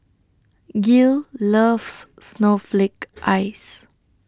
Gil loves Snowflake Ice